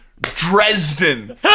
Dresden